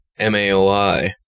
MAOI